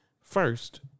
first